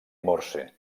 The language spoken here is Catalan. morse